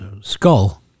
skull